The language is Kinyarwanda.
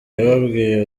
yababwiye